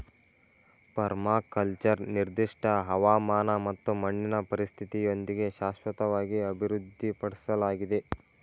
permaculture ನಿರ್ದಿಷ್ಟ ಹವಾಮಾನ ಮತ್ತು ಮಣ್ಣಿನ ಪರಿಸ್ಥಿತಿಯೊಂದಿಗೆ ಶಾಶ್ವತವಾಗಿ ಅಭಿವೃದ್ಧಿಪಡ್ಸಲಾಗಿದೆ